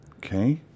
Okay